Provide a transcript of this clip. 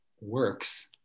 works